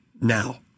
now